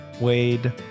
Wade